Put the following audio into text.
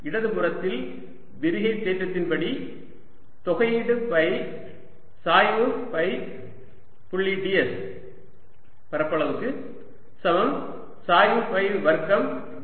இடது புறத்தில் விரிகை தேற்றத்தின்படி தொகையீடு ஃபை சாய்வு ஃபை புள்ளி ds பரப்பளவுக்கு சமம் சாய்வு ஃபை வர்க்கம் dV